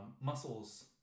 muscles